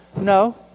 no